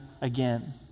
again